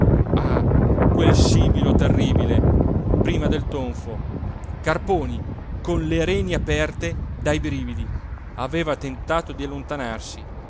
ah quel sibilo terribile prima del tonfo carponi con le reni aperte dai brividi aveva tentato di allontanarsi